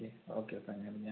okay okay വൈകുന്നേരം ഞാൻ